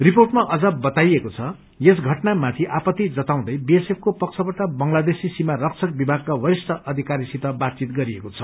रिर्पोअमा अझ बताइएको छ यस घटनामाथि आपत्ती जताउँदै बीएसएको पक्षबाट बंगलादेशी सीमा रक्षक विभागका वरिष्ठ अधिकारीसित बातचित गरिएको छ